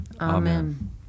amen